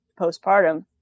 postpartum